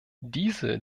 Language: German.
diese